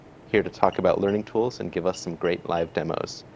here to talk about learning tools and give us some great live demos.